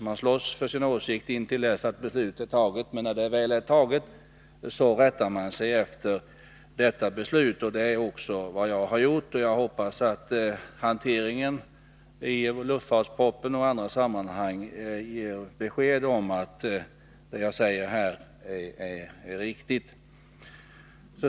Man slåss för sin åsikt intill dess beslutet är fattat, men när det väl är fattat rättar man sig efter detta beslut. Det är också vad jag har gjort. Och jag hoppas att hanteringen i luftfartspropositionen och även i andra sammanhang ger besked om att det jag säger här är riktigt.